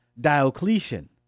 Diocletian